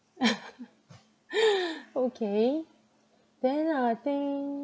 okay then I think